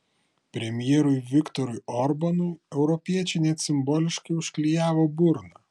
premjerui viktorui orbanui europiečiai net simboliškai užklijavo burną